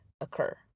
occur